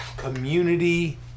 Community